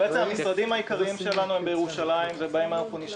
המשרדים העיקריים שלנו הם בירושלים ובהם אנחנו נשארים.